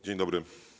Dzień dobry.